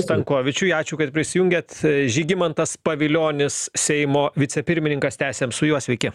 stankovičiui ačiū kad prisijungėt žygimantas pavilionis seimo vicepirmininkas tęsiam su juo sveiki